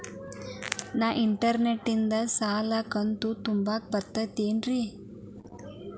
ನಾ ಇಂಟರ್ನೆಟ್ ನಿಂದ ಸಾಲದ ಕಂತು ತುಂಬಾಕ್ ಬರತೈತೇನ್ರೇ?